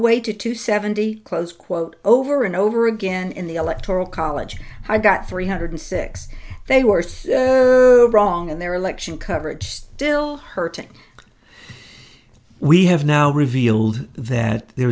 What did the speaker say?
way to seventy close quote over and over again in the electoral college i got three hundred six they were thought wrong in their election coverage still hurting we have now revealed that there